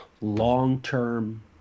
long-term